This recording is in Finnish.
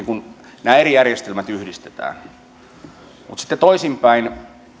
kun nämä eri järjestelmät yhdistetään mutta sitten toisinpäin